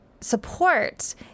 support